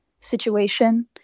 situation